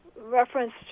Reference